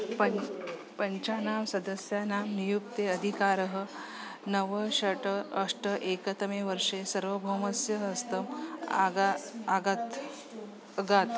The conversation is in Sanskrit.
पञ्च पञ्चानां सदस्यानां नियुक्ते अधिकारः नव षट् अष्ट एकतमे वर्षे सर्वभौमस्य हस्तम् आगात् आगात्